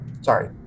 Sorry